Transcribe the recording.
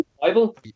Bible